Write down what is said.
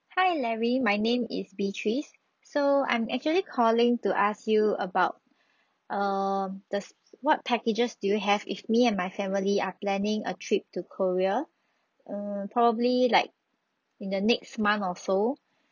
hi larry my name is beatrice so I'm actually calling to ask you about err the what packages do you have if me and my family are planning a trip to korea err probably like in the next month or so